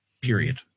period